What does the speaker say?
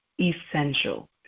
essential